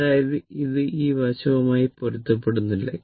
അതായതു ഇത് ഈ വശവുമായി പൊരുത്തപ്പെടുന്നില്ല